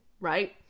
right